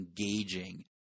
engaging